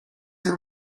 her